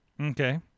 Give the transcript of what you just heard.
Okay